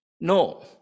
No